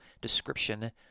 description